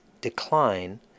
decline